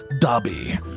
Dobby